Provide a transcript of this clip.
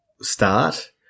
Start